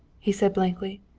he said blankly.